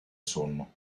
sonno